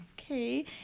Okay